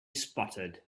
spotted